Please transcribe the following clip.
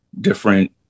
different